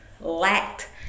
lacked